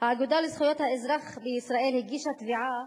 הגישה האגודה לזכויות האזרח בישראל תביעה